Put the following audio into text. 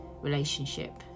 relationship